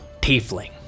Tiefling